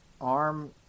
arm